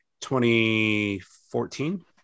2014